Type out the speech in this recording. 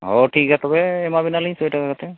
ᱚ ᱴᱷᱤᱠ ᱜᱮᱭᱟ ᱛᱚᱵᱮ ᱮᱢᱟᱵᱮᱱᱟᱞᱤᱧ ᱥᱚᱭ ᱴᱟᱠᱟ ᱠᱟᱛᱮᱫ